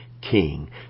King